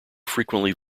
frequently